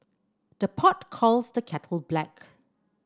the pot calls the kettle black